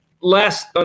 last